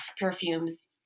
perfumes